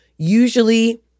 usually